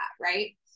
Right